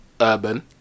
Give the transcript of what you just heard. Urban